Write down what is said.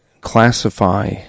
classify